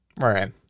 Right